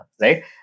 right